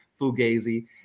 Fugazi